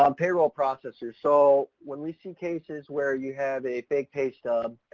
um payroll processors. so, when we see cases where you have a fake pay stub,